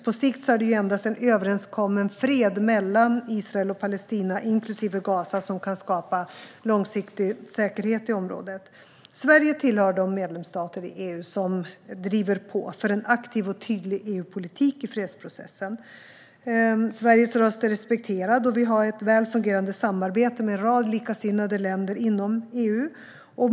På sikt är det endast en överenskommen fred mellan Israel och Palestina, inklusive Gaza, som kan skapa långsiktig säkerhet i området. Sverige tillhör de medlemsstater i EU som driver på för en aktiv och tydlig EU-politik i fredsprocessen. Sveriges röst är respekterad, och vi har ett väl fungerande samarbete med en rad likasinnade länder inom EU.